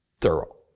thorough